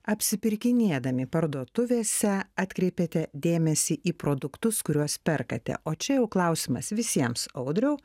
apsipirkinėdami parduotuvėse atkreipiate dėmesį į produktus kuriuos perkate o čia jau klausimas visiems audriau